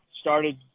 started